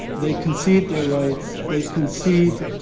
they concede their rights, they concede